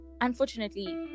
unfortunately